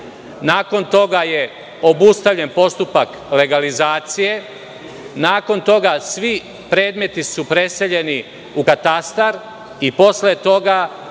Nakon toga je obustavljen postupak legalizacije, nakon toga su svi predmeti preseljeni u katastar i posle toga